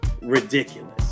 ridiculous